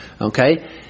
okay